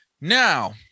Now